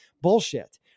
Bullshit